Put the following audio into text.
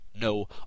no